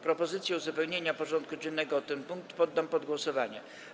Propozycję uzupełnienia porządku dziennego o ten punkt poddam pod głosowanie.